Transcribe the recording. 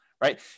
right